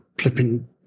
flipping